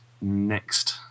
next